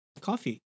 coffee